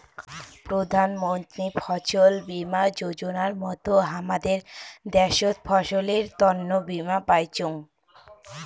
প্রধান মন্ত্রী ফছল বীমা যোজনার মত হামাদের দ্যাশোত ফসলের তন্ন বীমা পাইচুঙ